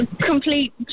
Complete